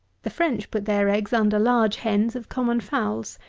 the french put their eggs under large hens of common fowls,